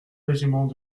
régiments